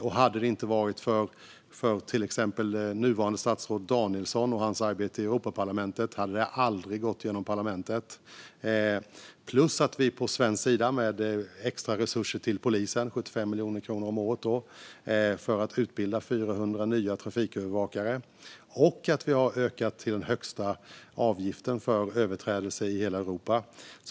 Och hade det inte varit för till exempel nuvarande statsrådet Danielsson och hans arbete i Europaparlamentet hade detta aldrig gått genom parlamentet. Dessutom har vi i Sverige avsatt extra resurser till polisen, med 75 miljoner kronor om året för att utbilda 400 nya trafikövervakare. Vi har också ökat till den högsta avgiften för överträdelser i hela Europa.